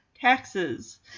taxes